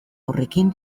horrekin